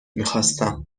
میخواستم